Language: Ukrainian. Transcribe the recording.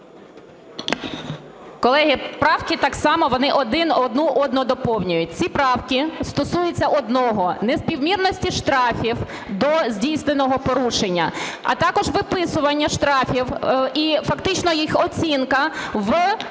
Колеги, правки так само, вони одна одну доповнюють. Ці правки стосуються одного – не співмірності штрафів до здійсненого порушення, а також виписування штрафів і фактично їх оцінка в